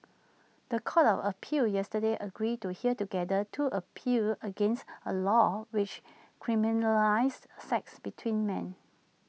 The Court of appeal yesterday agreed to hear together two appeals against A law which criminalises sex between men